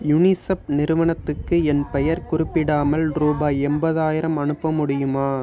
UNICEF நிறுவனத்துக்கு என் பெயர் குறிப்பிடாமல் ரூபாய் எண்பதாயிரம் அனுப்ப முடியுமா